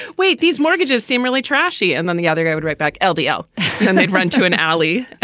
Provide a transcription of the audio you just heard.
wait. these mortgages seem really trashy and then the other guy would write back. ldl ldl and they'd run to an alley.